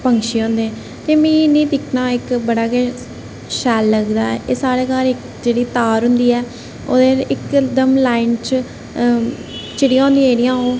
पैंछी होंदे तें मिगी इ'नेंगी दिक्खना इक बड़ा गै शैल लगदा ऐ एह् साढ़े घर इक जेह्ड़ी तार होंदी ऐ ओह्दे पर इकदम लाईन च चिड़ियां होंदियां जेह्ड़ियां ओह्